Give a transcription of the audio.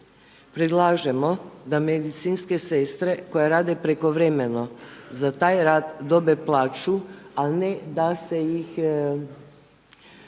predlažemo da medicinske sestre koje rade prekovremeno za taj rad dobe plaću a ne da im